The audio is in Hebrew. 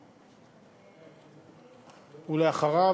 ואחריו,